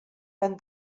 but